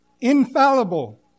infallible